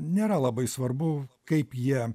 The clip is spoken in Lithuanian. nėra labai svarbu kaip jie